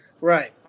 right